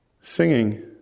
Singing